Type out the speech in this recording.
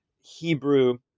Hebrew